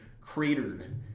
cratered